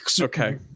Okay